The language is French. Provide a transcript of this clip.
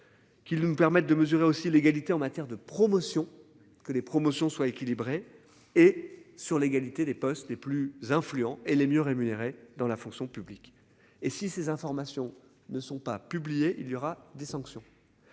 ne me permettent de mesurer aussi l'égalité en matière de promotion que les promotions soient équilibrées et sur l'égalité des postes les plus influents et les mieux rémunérés dans la fonction publique et si ces informations ne sont pas publiés. Il y aura des sanctions.